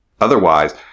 Otherwise